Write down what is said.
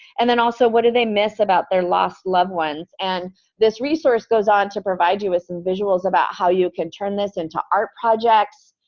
and then also, what do they miss about their lost loved ones? and this resource goes on to provide you with some visuals about how you can turn this into art projects,